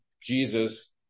Jesus